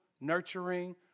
nurturing